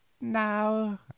now